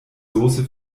soße